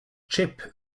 chip